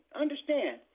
Understand